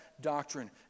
doctrine